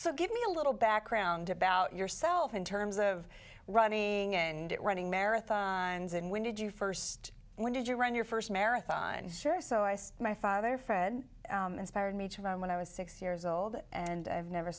so give me a little background about yourself in terms of running and running marathons and when did you first when did you run your first marathon sure so i said my father fred inspired me to run when i was six years old and i've never